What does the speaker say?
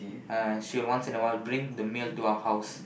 she will once in a while bring the meal to our house